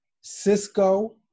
Cisco